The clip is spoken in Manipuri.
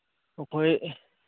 ꯑꯩꯈꯣꯏ